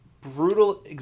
brutal